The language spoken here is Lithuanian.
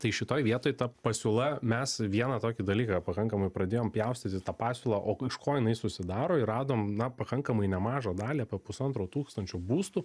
tai šitoj vietoj ta pasiūla mes vieną tokį dalyką pakankamai pradėjom pjaustyti tą pasiūlą o iš ko jinai susidaro ir radom na pakankamai nemažą dalį po pusantro tūkstančio būstų